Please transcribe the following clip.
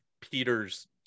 Peter's